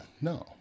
No